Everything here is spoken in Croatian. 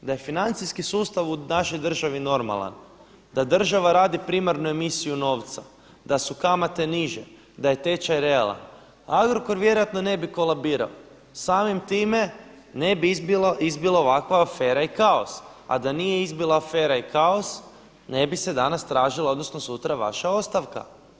Da je financijski sustav u našoj državi normalan, da država radi primarnu emisiju novca, da su kamate niže, da je tečaj realan, Agrokor vjerojatno ne bi kolabirao, samim time ne bi izbila ovakva afera i kaos, a da nije izbila afera i kaos ne bi se danas tražila odnosno sutra vaša ostavka.